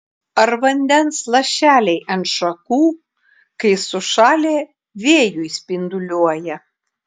ar vandens lašeliai ant šakų kai sušalę vėjuj spinduliuoja